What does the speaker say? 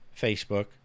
Facebook